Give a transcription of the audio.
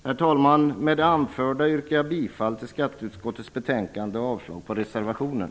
Herr talman! Med det anförda yrkar jag bifall till skatteutskottets betänkande och avslag på reservationen.